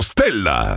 Stella